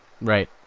Right